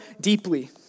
deeply